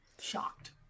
Shocked